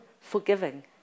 forgiving